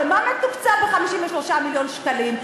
ומה מתוקצב ב-53 מיליון שקלים,